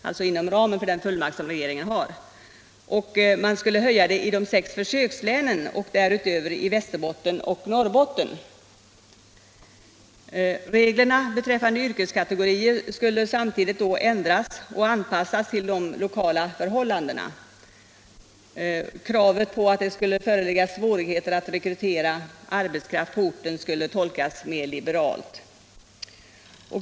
— alltså inom ramen för den fullmakt som regeringen har — i de sex försökslänen och därutöver i Västerbotten och Norrbotten. Reglerna beträffande yrkeskategorier föreslås samtidigt bli ändrade och anpassade till lokala förhållanden. Kravet på att det skulle föreligga svårigheter att på orten rekrytera arbetskraft bör enligt kommittén tolkas mer liberalt.